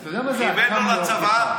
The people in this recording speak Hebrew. הוא כיוון גם לצוואר,